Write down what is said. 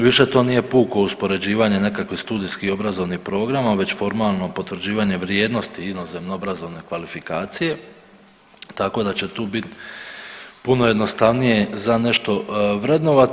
Više to nije puko uspoređivanje nekakvih studijskih i obrazovnih programa već formalno potvrđivanje vrijednosti inozemno obrazovne kvalifikacije tako da će tu biti puno jednostavnije za nešto vrednovati.